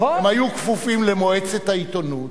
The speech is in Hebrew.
הם היו כפופים למועצת העיתונות,